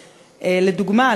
לדוגמה,